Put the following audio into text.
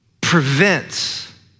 prevents